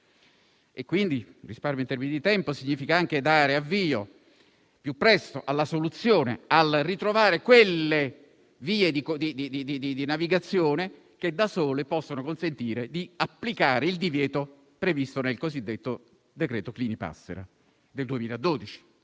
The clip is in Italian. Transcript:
se non altro in termini di tempo, il che significa anche dare avvio al più presto alla soluzione, al ritrovamento di quelle vie di navigazione che da sole possono consentire di applicare il divieto previsto nel cosiddetto decreto Clini-Passera del 2012: